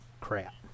crap